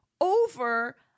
over